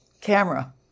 camera